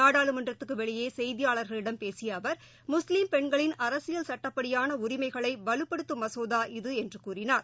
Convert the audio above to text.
நாடாளுமன்றத்துக்குவெளியேசெய்தியாளா்களிடம் பேசியஅவர் முஸ்லீம் பெண்களின் அரசியல் சட்டப்படியானஉரிமைகளைவலுப்படுத்தும் மசோதா இது என்றுகூறினார்